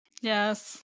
Yes